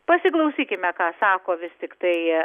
pasiklausykime ką sako vis tiktai